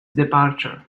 departure